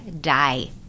die